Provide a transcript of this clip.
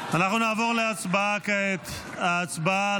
אנחנו נעבור כעת להצבעה.